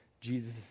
Jesus